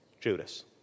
Judas